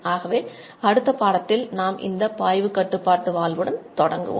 ஆகவே அடுத்த பாடத்தில் நாம் இந்த பாய்வு கட்டுப்பாட்டு வால்வுடன் தொடங்குவோம்